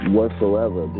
Whatsoever